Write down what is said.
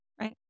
right